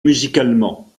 musicalement